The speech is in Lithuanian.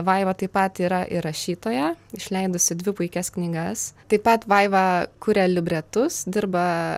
vaiva taip pat yra ir rašytoja išleidusi dvi puikias knygas taip pat vaiva kuria libretus dirba